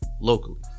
locally